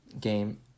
Game